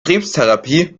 krebstherapie